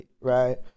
right